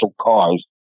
cars